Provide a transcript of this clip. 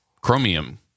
Chromium